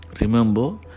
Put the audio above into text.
Remember